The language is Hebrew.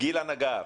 גילה נגר,